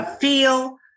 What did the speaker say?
feel